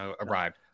arrived